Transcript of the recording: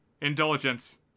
Indulgence